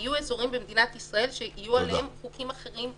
ויהיו אזורים במדינת ישראל שיהיו עליהם חוקים אחרים,